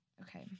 Okay